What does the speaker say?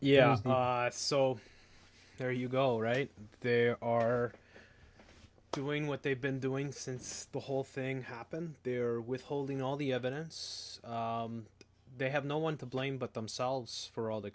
yeah so there you go right there are doing what they've been doing since the whole thing happen they're withholding all the evidence they have no one to blame but themselves for all the